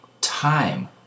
time